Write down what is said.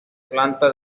planta